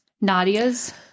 nadia's